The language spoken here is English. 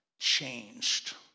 changed